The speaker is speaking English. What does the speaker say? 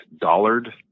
Dollard